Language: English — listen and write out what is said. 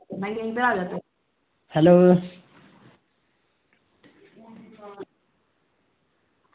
hello